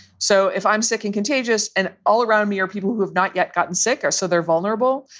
so if i'm sick and contagious and all around me or people who have not yet gotten sick or so they're vulnerable,